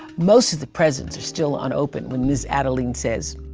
most of the presents are still unopened when miz adeline says,